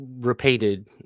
repeated